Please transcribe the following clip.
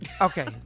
okay